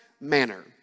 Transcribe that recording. manner